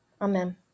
Amen